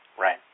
right